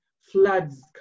floods